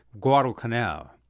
Guadalcanal